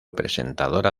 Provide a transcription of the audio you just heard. presentadora